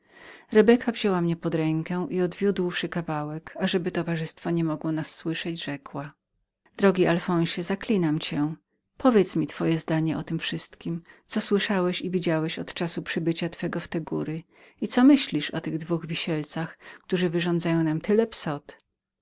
zibeldą rebeka wzięła mnie pod rękę i zaprowadziwszy do miejsca z którego głos nasz nie dochodził rzekła drogi panie alfonsie zaklinam cię powiedz mi twoje zdanie o tem wszystkiem co słyszałeś i widziałeś od czasu przybycia twego w te góry i co myślisz o tych dwóch wisielcach które wyrządzają nam tyle psot